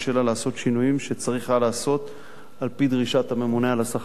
לעשות שינויים שצריך היה לעשות על-פי דרישת הממונה של השכר.